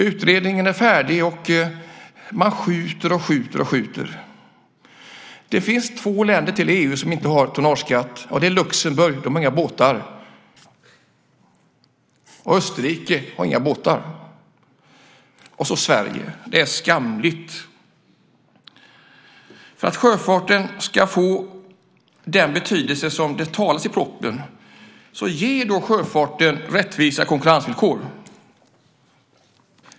Utredningen är färdig, och man skjuter på det hela. Det finns två länder till i EU som inte har tonnageskatt, nämligen Luxemburg och Österrike som inte har några båtar. Och så är det Sverige. Det är skamligt! För att sjöfarten ska få den betydelse det talas om i propositionen, ge då sjöfarten rättvisa konkurrensvillkor.